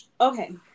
Okay